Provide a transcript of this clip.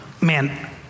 man